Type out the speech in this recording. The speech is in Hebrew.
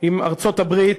עם ארצות-הברית